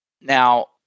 Now